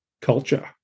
culture